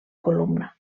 columna